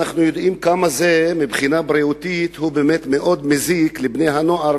אנחנו יודעים שמבחינה בריאותית זה מזיק מאוד לבני הנוער,